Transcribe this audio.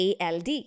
ALD